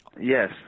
Yes